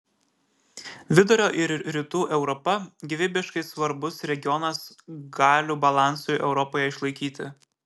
vidurio ir rytų europa gyvybiškai svarbus regionas galių balansui europoje išlaikyti